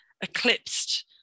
eclipsed